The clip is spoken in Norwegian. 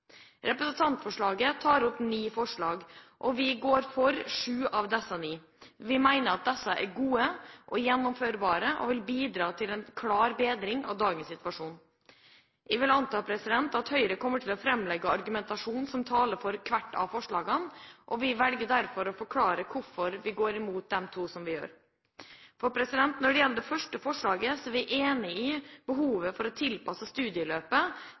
Representantforslaget tar opp ni forslag, og vi går for syv av disse ni. Vi mener at disse er gode og gjennomførbare og vil bidra til en klar bedring av dagens situasjon. Jeg vil anta at Høyre kommer til å fremlegge argumentasjon som taler for hvert av forslagene, og vi velger derfor å forklare hvorfor vi går imot de to vi gjør. Når det gjelder det første forslaget i dokumentet, er vi enig i behovet for å tilpasse studieløpet